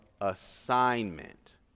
assignment